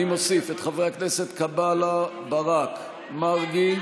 אני מוסיף את חברי הכנסת קאבלה, ברק ומרגי.